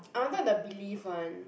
I wanted the Belif one